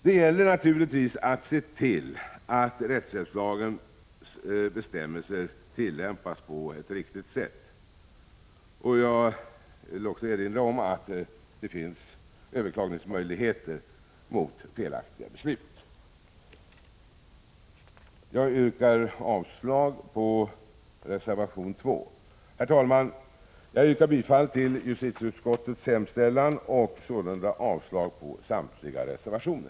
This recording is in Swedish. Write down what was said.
Det gäller naturligtvis att se till att rättshjälpslagens bestämmelser tillämpas på ett riktigt sätt. Jag vill också erinra om att det finns möjligheter till överklagning mot felaktiga beslut. Herr talman! Jag yrkar bifall till justitieutskottets hemställan och avslag på samtliga reservationer.